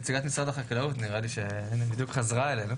נציגת משרד החקלאות נראה לי שבדיוק חזרה אלינו,